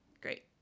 Great